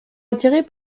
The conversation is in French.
attirés